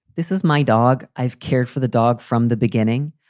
this is my dog. i've cared for the dog from the beginning.